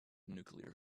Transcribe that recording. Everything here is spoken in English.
nuclear